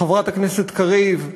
חברת הכנסת קריב,